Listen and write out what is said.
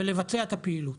ולבצע את הפעילות.